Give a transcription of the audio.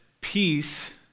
peace